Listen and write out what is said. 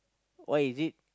why is it